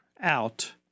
out